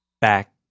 back